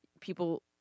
People